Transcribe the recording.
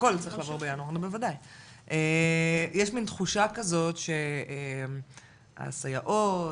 יש מין תחושה כזאת שהסייעות,